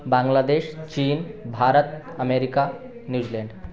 बांग्लादेश चीन Bharat America New Zealand